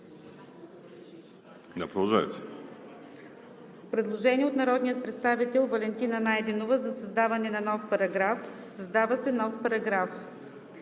предложение от народния представител Валентина Найденова за създаване на нов параграф: „Създава се нов параграф: